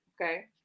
okay